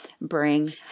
bring